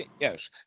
yes